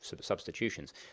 substitutions